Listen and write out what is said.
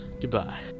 goodbye